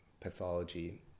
pathology